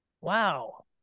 wow